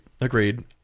Agreed